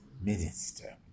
Minister